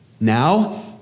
Now